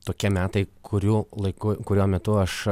tokie metai kurių laiku kuriuo metu aš